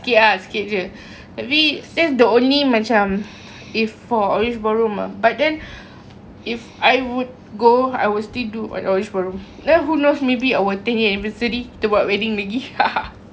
sikit ah sikit jer tapi that's the only macam if for orange ballroom ah but then if I would go I will still do at orange ballroom then who knows maybe our ten year anniversary kita buat wedding lagi